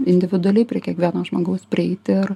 individualiai prie kiekvieno žmogaus prieiti ir